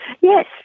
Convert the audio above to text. Yes